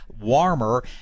warmer